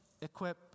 equip